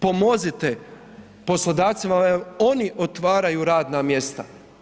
Pomozite poslodavcima oni otvaraju radna mjesta.